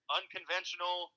unconventional